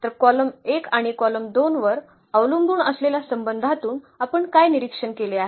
तर कॉलम 1 आणि कॉलम 2 वर अवलंबून असलेल्या संबंधातून आपण काय निरीक्षण केले आहे